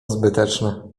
zbyteczne